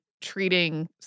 treating